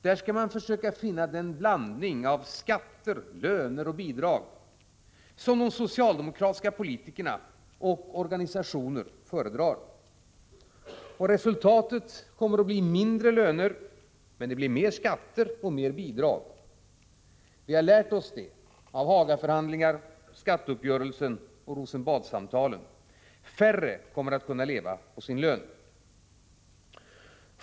Där skall man försöka finna den blandning av skatter, löner och bidrag som de socialdemokratiska politikerna och organisationerna föredrar. Resultatet kommer att bli lägre löner, men det blir mer skatter och mer bidrag. Vi har lärt oss det — av Hagaförhandlingarna, skatteuppgörelsen och Rosenbadssamtalen. Färre kommer att kunna leva på sin lön.